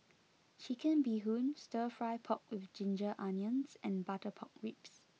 Chicken Bee Hoon Stir Fry Pork with Ginger Onions and Butter Pork Ribs